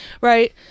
right